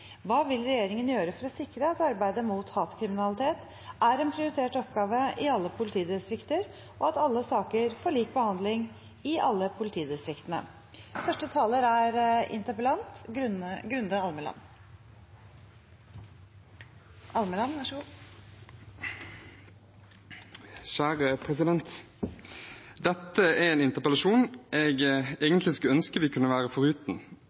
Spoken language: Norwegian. Hva vil regjeringen gjøre for å sikre at arbeidet mot hatkriminalitet er en prioritert oppgave i alle politidistrikt, og at alle saker får lik behandling i alle politidistrikt? Først vil jeg få takke representanten Almeland for å bringe opp temaet hatkriminalitet, en utfordring regjeringen tar og har tatt på største alvor. Innledningsvis vil jeg